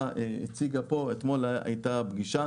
אתמול הייתה פגישה,